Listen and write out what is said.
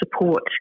support